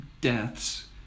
deaths